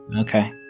Okay